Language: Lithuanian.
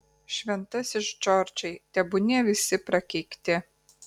šventasis džordžai tebūnie visi prakeikti